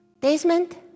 Desmond